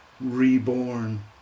reborn